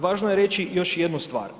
Važno je reći još jednu stvar.